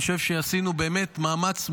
אני חושב שעשינו מאמץ,